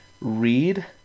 read